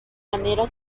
manera